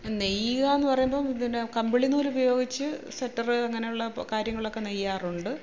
നെയ്യുകയെന്നു പറയുമ്പോൾ കമ്പിളി നൂൽ ഉപയോഗിച്ചു സ്വെറ്റർ അങ്ങനെയുള്ള കാര്യങ്ങളൊക്കെ നെയ്യാറുണ്ട്